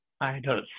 idols